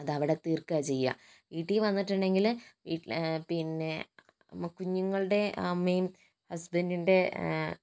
അത് അവിടെ തീർക്കുകയാണ് ചെയ്യാ വീട്ടിൽ വന്നിട്ടുണ്ടെങ്കില് വീട്ടില് പിന്നെ കുഞ്ഞുങ്ങളുടെ അമ്മയും ഹസ്ബൻറ്റിൻ്റെ